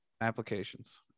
applications